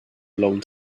long